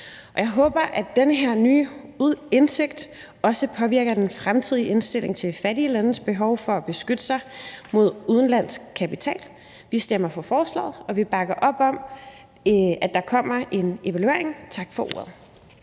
Jeg håber, at den her nye indsigt også påvirker den fremtidige indstilling til fattige landes behov for at beskytte sig mod udenlandsk kapital. Vi stemmer for forslaget, og vi bakker op om, at der kommer en evaluering. Tak for ordet.